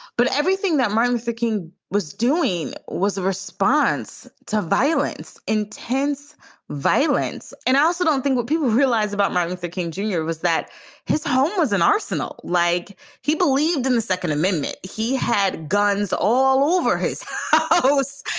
but everything that martin luther king was doing was a response to violence. intense violence. and i also don't think what people realize about martin luther king junior was that his home was an arsenal like he believed in the second amendment. he had guns all over his hosts.